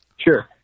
Sure